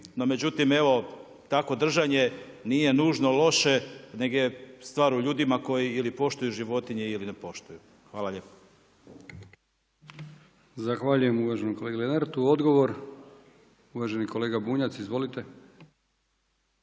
međutim evo takvo držanje nije nužno loše nego je stvar u ljudima koji ili poštuju životinje ili ne poštuju. Hvala lijepo. **Brkić, Milijan (HDZ)** Zahvaljujem uvaženom kolegi Lenartu. Odgovor uvaženi kolega Bunjac, izvolite.